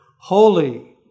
Holy